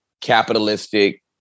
capitalistic